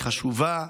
היא חשובה.